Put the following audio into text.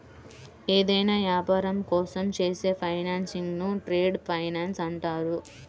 ఏదైనా యాపారం కోసం చేసే ఫైనాన్సింగ్ను ట్రేడ్ ఫైనాన్స్ అంటారు